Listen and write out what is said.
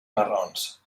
marrons